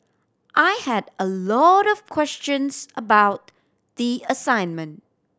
I had a lot of questions about the assignment